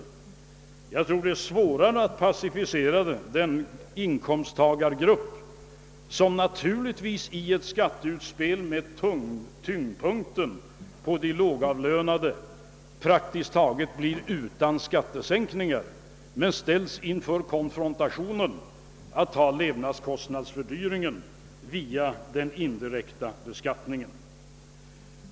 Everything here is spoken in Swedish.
Svårare tror jag det är att >pacificera> den inkomsttagargrupp som i ett skatteutspel med tyngdpunkten på de lågavlönade praktiskt taget blir utan skattesänkningar men konfronteras med levnadskostnadsfördyringen via den indirekta beskattningen.